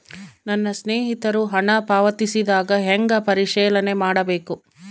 ನನ್ನ ಸ್ನೇಹಿತರು ಹಣ ಪಾವತಿಸಿದಾಗ ಹೆಂಗ ಪರಿಶೇಲನೆ ಮಾಡಬೇಕು?